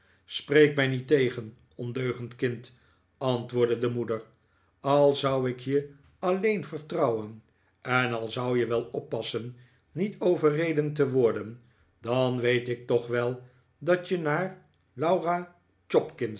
spreek mij niet tegen ondeugend kind antwoordde de moeder al zou ik je alleen vertrouwen en al zou je wel oppassen niet overreden te worden dan weet ik toch wel dat je naar laura